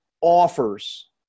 offers